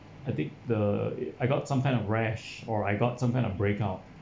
I think the I got some kind of rash or I got some kind of breakout